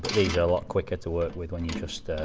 a lot quicker to work with when you're just